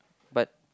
but